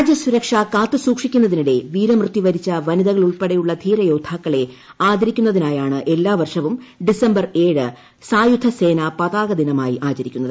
രാജ്യസുരക്ഷ കാത്തു സൂക്ഷിക്കുന്നതിനിടെ വീര്മൃത്യു വരിച്ച വനിതകൾ ഉൾപ്പെടെയുള്ള ധീര്യോദ്ധാക്കളെ ആദരിക്കുന്നതിനായാണ് എല്ലാ വർഷവും ഡിസംബർ ഏഴ് സായുധസേനാ പതാക ദിനമായി ആചരിക്കുന്നത്